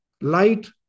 light